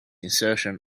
insertion